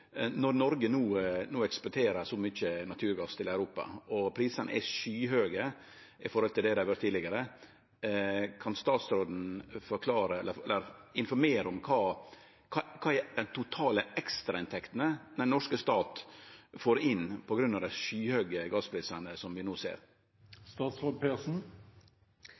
Når Noreg no eksporterer så mykje naturgass til Europa og prisane er skyhøge i forhold til det dei har vore tidlegare, kan statsråden informere om kva dei er, dei totale ekstrainntektene den norske stat får inn på grunn av dei skyhøge gassprisane som vi no ser?